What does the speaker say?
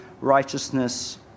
righteousness